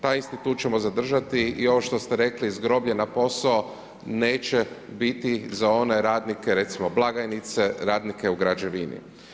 Taj institut ćemo zadržati i ovo što ste rekli, s groblje na posao, neće biti za one radnike, recimo blagajnice, radnike u građevini.